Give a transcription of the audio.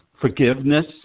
forgiveness